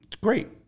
Great